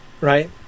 right